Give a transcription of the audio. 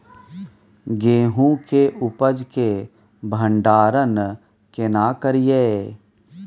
गेहूं के उपज के भंडारन केना करियै?